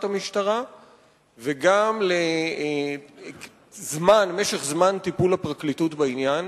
המשטרה וגם למשך הטיפול של הפרקליטות בעניין.